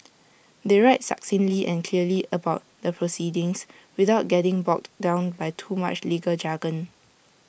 they write succinctly and clearly about the proceedings without getting bogged down by too much legal jargon